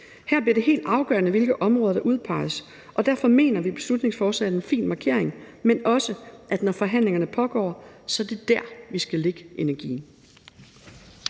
Her bliver det helt afgørende, hvilke områder der udpeges, og derfor mener vi, at beslutningsforslaget er en fin markering, men også, at når forhandlingerne pågår, er det dér, vi skal lægge energien.